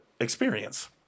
experience